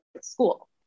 school